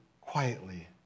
quietly